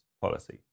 policy